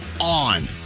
on